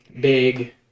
big